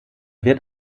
wird